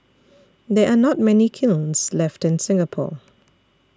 there are not many kilns left in Singapore